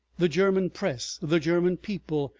the german press, the german people,